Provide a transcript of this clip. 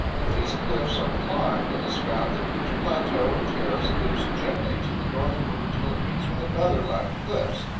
if these cliffs are climbed it is found that each plateau or terrace dips gently to the northward until it meets with another line of cliffs,